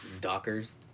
Dockers